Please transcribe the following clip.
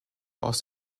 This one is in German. aus